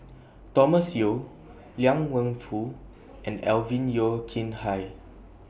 Thomas Yeo Liang Wenfu and Alvin Yeo Khirn Hai